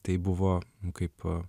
tai buvo kaip